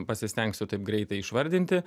pasistengsiu taip greitai išvardinti